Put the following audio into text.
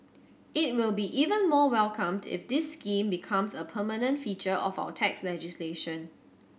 it will be even more welcomed if this scheme becomes a permanent feature of our tax legislation